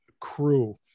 crew